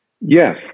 Yes